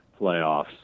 playoffs